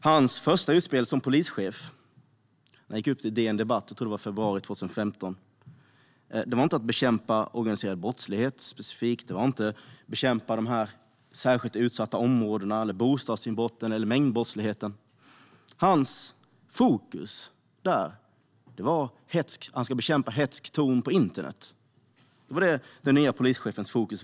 Hans första utspel som polischef - han gick ut med det i DN Debatt i februari 2015 - gällde inte att bekämpa organiserad brottslighet, att göra insatser i de särskilt utsatta områdena eller att bekämpa bostadsinbrott eller mängdbrottslighet. Hans fokus var i stället att bekämpa hätsk ton på internet. Det var det som var den nye polischefens fokus.